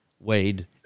wade